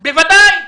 בוודאי.